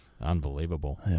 Unbelievable